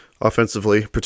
offensively